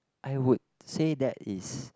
I would say that is